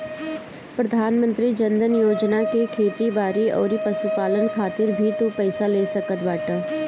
प्रधानमंत्री जन धन योजना से खेती बारी अउरी पशुपालन खातिर भी तू पईसा ले सकत बाटअ